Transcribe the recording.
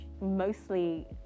mostly